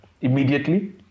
immediately